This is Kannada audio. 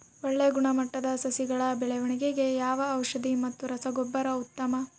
ಒಳ್ಳೆ ಗುಣಮಟ್ಟದ ಸಸಿಗಳ ಬೆಳವಣೆಗೆಗೆ ಯಾವ ಔಷಧಿ ಮತ್ತು ರಸಗೊಬ್ಬರ ಉತ್ತಮ?